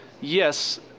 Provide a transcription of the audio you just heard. Yes